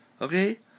Okay